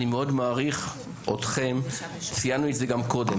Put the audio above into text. אני מאוד מעריך אתכם, גם ציינו את זה קודם.